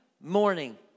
morning